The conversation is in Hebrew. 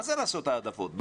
מה זה לעשות העדפות?